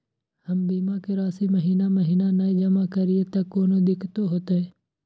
हम बीमा के राशि महीना महीना नय जमा करिए त कोनो दिक्कतों होतय?